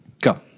Go